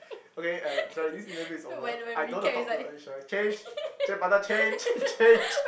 okay uh sorry this interview is over I don't want to talk to Alicia change change partner change change